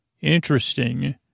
Interesting